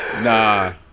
nah